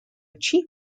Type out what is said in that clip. cheap